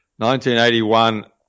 1981